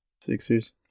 Sixers